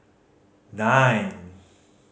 nine